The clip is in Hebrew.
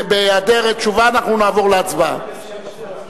בהיעדר תשובה, אנחנו נעבור להצבעה.